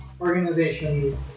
organization